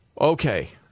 Okay